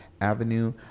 Avenue